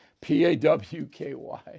P-A-W-K-Y